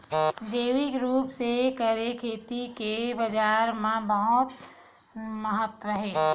जैविक रूप से करे खेती के बाजार मा बहुत महत्ता हे